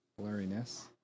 blurriness